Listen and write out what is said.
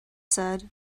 said